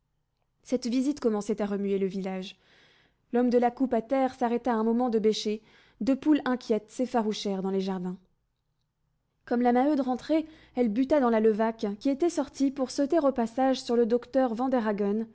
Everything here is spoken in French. cette visite commençait à remuer le village l'homme de la coupe à terre s'arrêta un moment de bêcher deux poules inquiètes s'effarouchèrent dans les jardins comme la maheude rentrait elle buta dans la levaque qui était sortie pour sauter au passage sur le docteur vanderhaghen